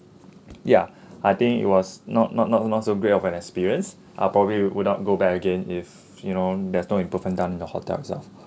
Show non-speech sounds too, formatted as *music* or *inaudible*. ya *breath* I think it was not not not not so great of an experience I probably would not go back again if you know there's no improvement done in the hotel itself